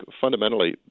fundamentally